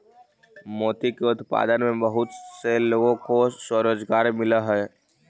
मोती के उत्पादन में बहुत से लोगों को स्वरोजगार मिलअ हई